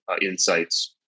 insights